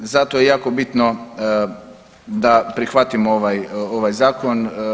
Zato je jako bitno da prihvatimo ovaj zakon.